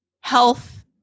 health